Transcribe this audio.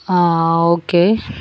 ആഹ് okay